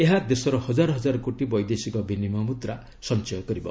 ଏହା ଦେଶର ହଜାର ହଜାର କୋଟି ବୈଦେଶିକ ବିନିମୟ ମୁଦ୍ରା ସଞ୍ଚୟ କରିବ